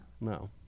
No